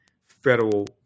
federal